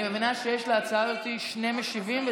אני מבינה שיש להצעה הזאת שני משיבים,